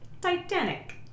Titanic